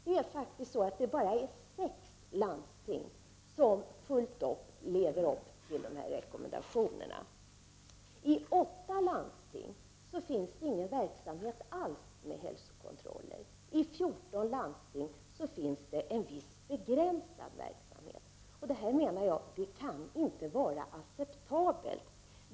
Det är faktiskt bara sex landsting som fullt ut lever upp till dem. I åtta landsting finns det ingen verksamhet alls med hälsokontroller. I fjorton landsting finns det en viss begränsad verksamhet. Detta kan inte vara acceptabelt, menar jag.